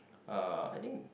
uh I think